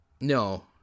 No